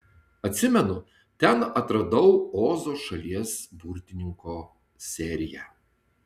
atsimenu ten atradau ozo šalies burtininko seriją